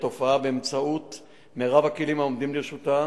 התופעה באמצעות מרב הכלים העומדים לרשותה,